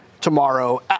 tomorrow